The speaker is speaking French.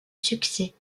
succès